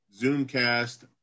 Zoomcast